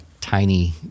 tiny